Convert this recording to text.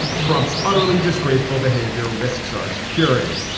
trump's utterly disgraceful behavior risks our security.